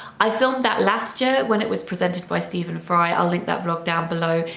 i filmed that last year when it was presented by stephen fry, i'll link that vlog down below,